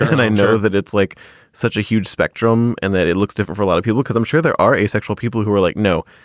and i know that it's like such a huge spectrum and that it looks different for a lot of people because i'm sure there are asexual people who are like, no,